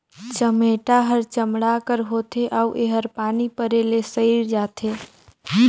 चमेटा हर चमड़ा कर होथे अउ एहर पानी परे ले सइर जाथे